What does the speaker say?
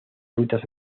rutas